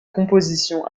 composition